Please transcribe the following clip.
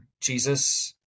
Jesus